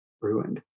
ruined